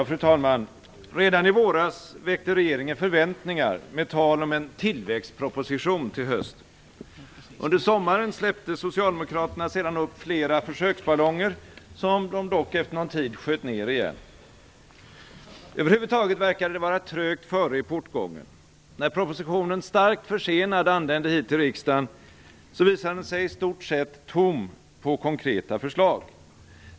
Fru talman! Redan i våras väckte regeringen förväntningar med tal om en tillväxtproposition till hösten. Under sommaren släppte Socialdemokraterna sedan upp flera försöksballonger, som de dock efter någon tid sköt ned igen. Över huvud taget verkade det vara trögt före i portgången. När propositionen starkt försenad anlände hit till riksdagen visade den sig i stort sett tom på konkreta förslag.